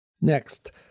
Next